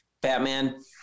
batman